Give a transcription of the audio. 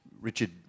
Richard